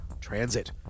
transit